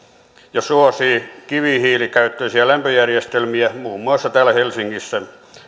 ja suosii kivihiilikäyttöisiä lämpöjärjestelmiä muun muassa täällä helsingissä